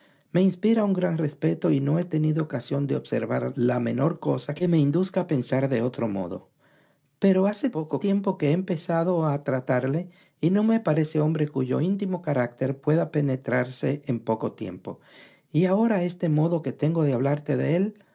me inspira un gran respeto y no he tenido ocasión de observar la menor cosa que me induzca a pensar de otro modo pero hace poco que he empezado a tratarle y no me parece hombre cuyo íntimo carácter pueda penetrase en poco tiempo y ahora este modo que tengo de hablarte de él